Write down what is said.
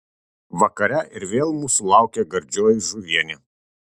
vakare ir vėl mūsų laukė gardžioji žuvienė